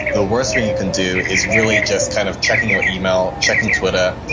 the worst thing you can do is really just kind of checking your email, checking twitter,